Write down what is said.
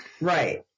Right